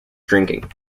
drinking